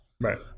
Right